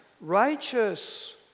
righteous